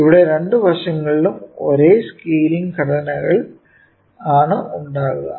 ഇവിടെ രണ്ട് വശങ്ങളിലും ഒരേ സ്കെയിലിംഗ് ഘടകങ്ങൾ ആണ് ഉണ്ടാവുക